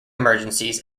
emergencies